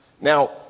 Now